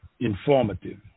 informative